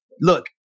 look